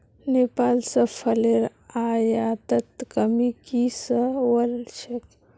नेपाल स फलेर आयातत कमी की स वल छेक